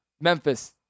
Memphis